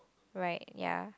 right ya